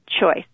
choice